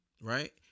right